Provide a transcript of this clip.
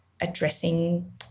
addressing